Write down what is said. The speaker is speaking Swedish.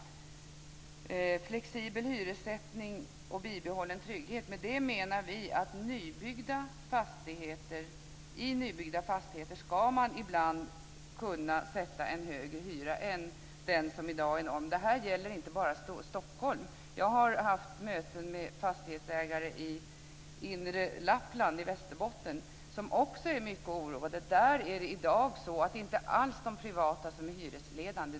Med flexibel hyressättning och bibehållen trygghet menar vi att man i nybyggda fastigheter ibland ska kunna sätta en högre hyra än den som i dag är norm. Det gäller inte bara Stockholm. Jag har haft möten med fastighetsägare i inre Lappland, i Västerbottens län, som också är mycket oroade. Där är det i dag inte alls så att det är de privata som är hyresledande.